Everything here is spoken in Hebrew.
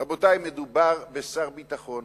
רבותי, מדובר בשר ביטחון